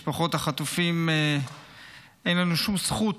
משפחות החטופים, אין לנו שום זכות